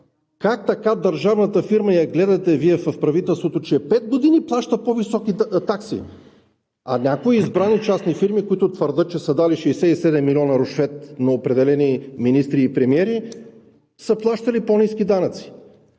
с това: как така гледате Вие в правителството, че пет години плаща по-високи такси, а някои избрани частни фирми, които твърдят, че са дали 67 млн. лв. рушвет на определени министри и премиери, са плащали по-ниски данъци?